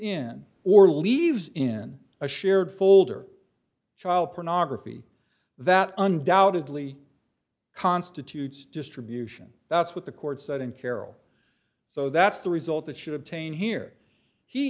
in or leaves in a shared folder child pornography that undoubtedly constitutes distribution that's what the court said and carol so that's the result that should obtain here he